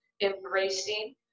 embracing